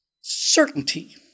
certainty